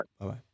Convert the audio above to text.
bye